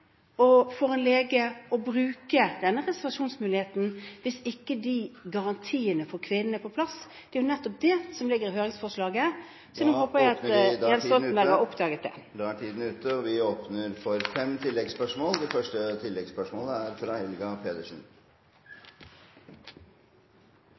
for en lege å bruke denne reservasjonsmuligheten hvis ikke garantiene for kvinnen er på plass. Det er jo nettopp det som ligger i høringsforslaget, så nå håper jeg at Jens Stoltenberg har oppdaget det. Det blir fem oppfølgingsspørsmål – først Helga Pedersen. Vi